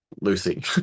Lucy